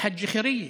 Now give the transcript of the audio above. אל-חא'גה ח'ירייה.